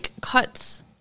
cuts